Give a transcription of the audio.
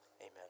amen